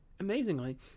Amazingly